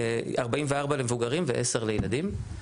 44 למבוגרים ועשר לילדים,